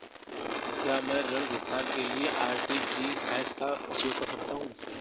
क्या मैं ऋण भुगतान के लिए आर.टी.जी.एस का उपयोग कर सकता हूँ?